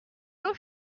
l’eau